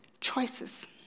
Choices